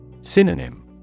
Synonym